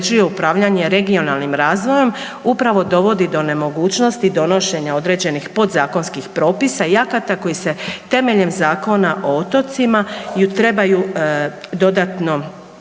uređuje upravljanje regionalnim razvojem upravo dovodi do nemogućnosti donošenja određenih podzakonskih propisa i akata koji se temeljem Zakona o otocima trebaju dodatno donijeti.